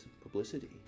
publicity